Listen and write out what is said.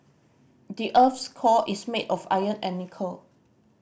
the earth's core is made of iron and nickel